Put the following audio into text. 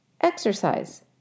Exercise